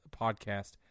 podcast